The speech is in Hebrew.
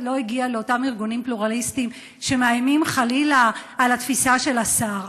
לא הגיע לאותם ארגונים פלורליסטיים שמאיימים חלילה על התפיסה של השר.